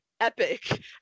epic